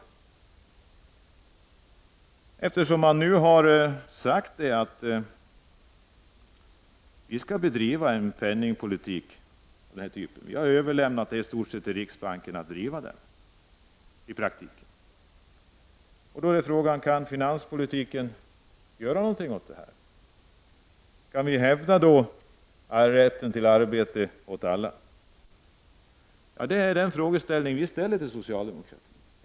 Regeringen har sagt att den i praktiken har överlåtit åt riksbanken att driva penningpolitiken. Då är frågan: Kan finanspolitiken göra någonting åt detta? Kan vi hävda rätten till arbete åt alla under sådana förhållanden? Den frågan ställer vi till socialdemokratin.